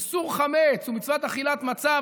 איסור חמץ ומצוות אכילת מצה,